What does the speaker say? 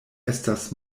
estas